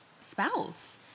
spouse